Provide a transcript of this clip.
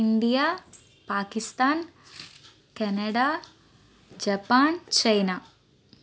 India Pakistan Canada Japan China